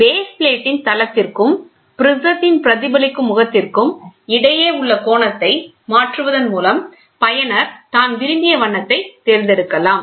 base பிளேடின் தளத்திற்கும் ப்ரிஸம் த்தின் பிரதிபலிக்கும் முகத்திற்கும் இடையே உள்ள கோணத்தை மாற்றுவதன் மூலம் பயனர் தான் விரும்பிய வண்ணத்தை தேர்ந்தெடுக்கலாம்